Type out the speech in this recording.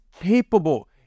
capable